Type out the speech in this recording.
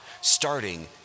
starting